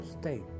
state